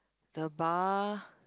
the bar